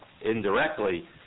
indirectly